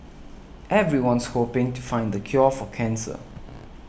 everyone's hoping to find the cure for cancer